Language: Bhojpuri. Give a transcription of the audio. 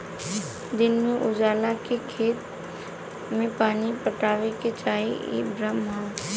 दिन के उजाला में खेत में पानी पटावे के चाही इ भ्रम ह